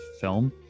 film